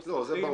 זה ברור.